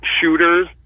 shooters